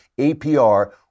APR